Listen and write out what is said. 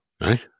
Right